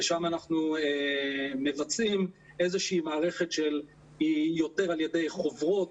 ושם אנחנו מבצעים איזושהי מערכת שהיא יותר על ידי חוברות,